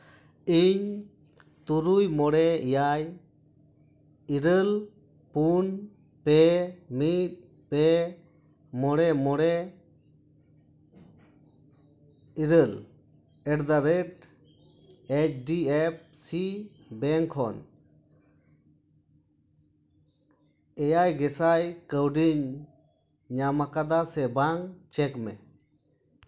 ᱤᱧ ᱛᱩᱨᱩᱭ ᱢᱚᱬᱮ ᱮᱭᱟᱭ ᱤᱨᱟᱹᱞ ᱯᱩᱱ ᱯᱮ ᱢᱤᱫ ᱯᱮ ᱢᱚᱬᱮ ᱢᱚᱬᱮ ᱤᱨᱟᱹᱞ ᱮᱴᱫᱟᱼᱨᱮᱹᱴ H D F C bank ᱠᱷᱚᱱ ᱮᱭᱟᱭ ᱜᱮᱥᱟᱭ ᱠᱟᱹᱣᱰᱤᱧ ᱧᱟᱢ ᱟᱠᱟᱫᱟ ᱥᱮ ᱵᱟᱝ ᱪᱮᱠ ᱢᱮ